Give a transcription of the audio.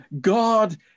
God